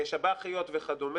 שב"חיות וכד'?